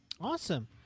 Awesome